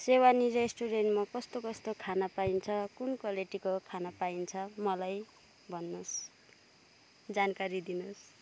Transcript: सेवान्ने रेस्टुरेन्टमा कस्तो कस्तो खाना पाइन्छ कुन क्वालिटीको खाना पाइन्छ मलाई भन्नुहोस् जानकारी दिनुहोस्